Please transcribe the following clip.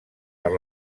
per